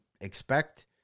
expect